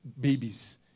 babies